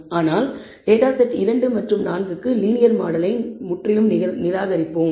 ஆனால் data set 2 மற்றும் 4 க்கு லீனியர் மாடலை நாம் முற்றிலும் நிராகரிப்போம்